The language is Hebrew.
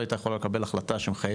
היא לא הייתה יכול לקבל החלטה שמחייבת